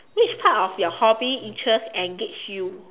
which part of your hobby interest engage you